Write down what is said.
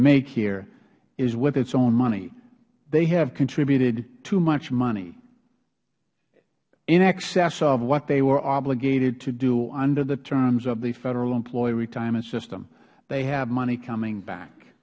make here is with its own money they have contributed too much money in excess of what they were obligated to do under the terms of the federal employee retirement system they have money coming back